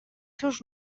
seus